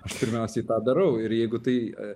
aš pirmiausiai tą darau ir jeigu tai